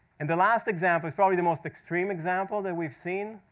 and the last example is probably the most extreme example that we've seen.